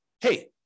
hey